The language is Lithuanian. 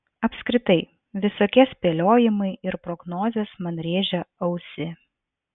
apskritai visokie spėliojimai ir prognozės man rėžia ausį